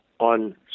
on